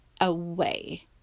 away